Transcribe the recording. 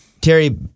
Terry